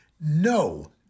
no